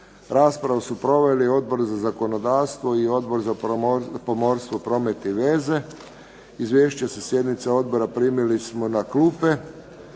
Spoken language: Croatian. Raspravu su proveli Odbor za zakonodavstvo i Odbor za pomorstvo, promet i veze. Izvješća sa sjednica odbora primili smo na klupe.